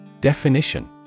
Definition